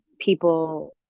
people